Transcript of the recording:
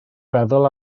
feddwl